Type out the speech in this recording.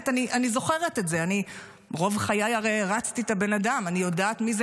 אני רק חושבת על זה שבדיעבד אני הפלתי את